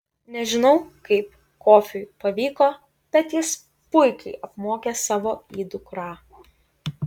nežinau kaip kofiui pavyko bet jis puikiai apmokė savo įdukrą